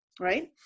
Right